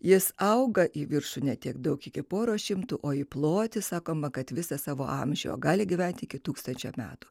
jis auga į viršų ne tiek daug iki poros šimtų o į plotį sakoma kad visas savo amžių gali gyventi iki tūkstančio metų